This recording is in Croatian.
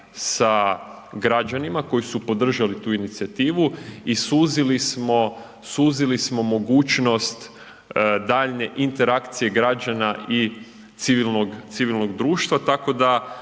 sa građanima koji su podržali tu inicijativu i suzili smo, suzili smo mogućnost daljnje interakcije građana i civilnog,